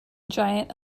giant